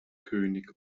könig